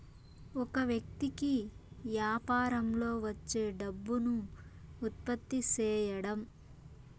ఒక వ్యక్తి కి యాపారంలో వచ్చే డబ్బును ఉత్పత్తి సేయడం